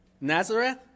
Nazareth